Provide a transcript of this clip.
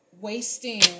wasting